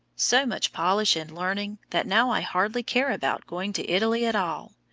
so much polish and learning that now i hardly care about going to italy at all.